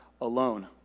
alone